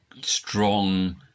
strong